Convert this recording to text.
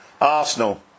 Arsenal